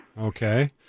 Okay